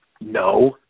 No